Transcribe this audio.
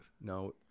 No